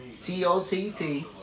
T-O-T-T